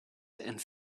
and